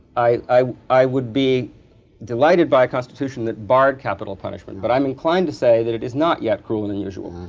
i i would be delighted by a constitution that barred capital punishment, but i'm inclined to say that it is not yet cruel and unusual.